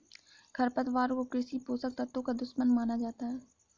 खरपतवार को कृषि पोषक तत्वों का दुश्मन माना जाता है